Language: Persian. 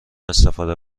استفاده